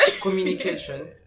communication